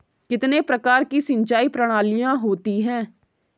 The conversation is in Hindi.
कितने प्रकार की सिंचाई प्रणालियों होती हैं?